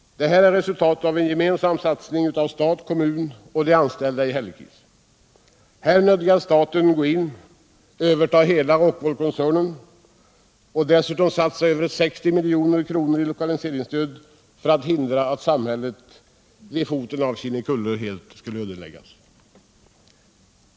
Detta är resultatet av en gemensam satsning av stat, kommun och de anställda i Hällekis. Staten nödgades gå in och överta hela Rockwoolkoncernen och dessutom satsa över 60 milj.kr. i lokaliseringsstöd för att hindra att samhället vid foten av Kinnekulle helt skulle ödeläggas.